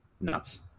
Nuts